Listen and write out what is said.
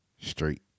straight